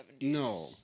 No